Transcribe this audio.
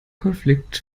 konflikt